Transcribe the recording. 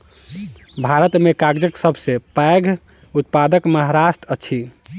भारत में कागजक सब सॅ पैघ उत्पादक महाराष्ट्र अछि